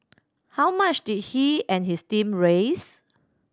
how much did he and his team raise